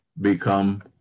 become